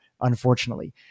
unfortunately